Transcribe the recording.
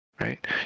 right